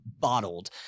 bottled